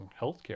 healthcare